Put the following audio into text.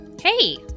Hey